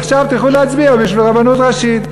עכשיו תלכו להצביע בשביל רבנות ראשית.